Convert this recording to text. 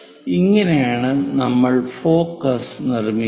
ഇങ്ങനെയാണ് നമ്മൾ ഫോക്കസ് നിർമ്മിക്കുന്നത്